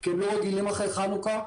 כי הם לא רגילים אחרי חנוכה.